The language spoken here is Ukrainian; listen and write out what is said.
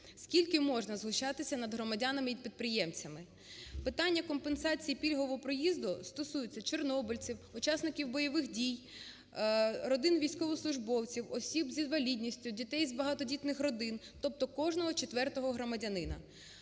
Скільки можна знущатися над громадянами і підприємцями? Питання компенсації пільгового проїзду стосується чорнобильців, учасників бойових дій, родин військовослужбовців, осіб з інвалідністю, дітей з багатодітних родин, тобто кожного четвертого громадянина.